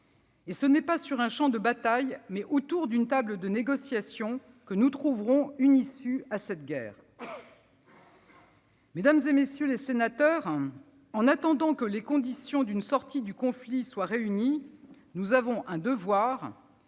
Et ce n'est pas sur un champ de bataille, mais autour d'une table de négociation que nous trouverons une issue à cette guerre. Mesdames, messieurs les sénateurs, en attendant que les conditions d'une sortie du conflit soient réunies, nous avons un devoir